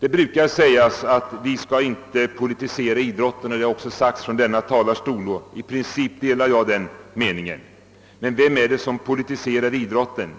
Det brukar sägas att vi inte skall politisera idrotten, och det har också sagts från denna talarstol. I princip delar jag den meningen. Men vem är det som politiserar idrotten?